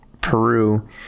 Peru